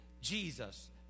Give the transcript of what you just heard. jesus